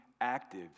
active